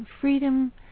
freedom